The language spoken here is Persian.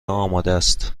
آمادست